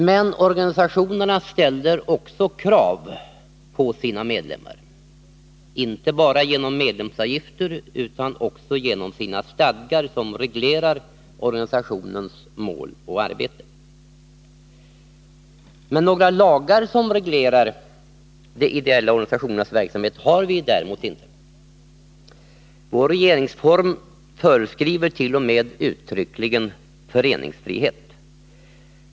Men organisationerna ställer också krav på sina medlemmar, inte bara genom medlemsavgifter utan också genom sina stadgar som reglerar organisationens mål och arbete. Några lagar som reglerar de ideella organisationernas verksamhet har vi däremot inte. Vår regeringsform föreskriver t.o.m. uttryckligen föreningsfrihet.